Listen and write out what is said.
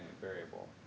variable